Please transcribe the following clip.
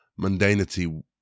mundanity